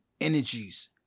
energies